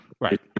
Right